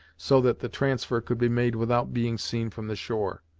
so that the transfer could be made without being seen from the shore.